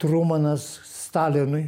trumanas stalinui